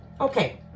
Okay